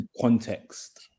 context